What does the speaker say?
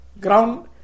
ground